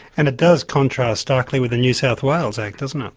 and it does contrast starkly with the new south wales act, doesn't it?